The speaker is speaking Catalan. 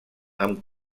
amb